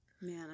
Man